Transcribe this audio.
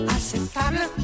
Acceptable